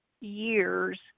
years